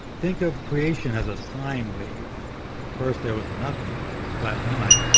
think of creation as a sine wave first there was nothing, a flat line,